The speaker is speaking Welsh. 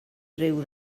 ryw